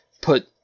put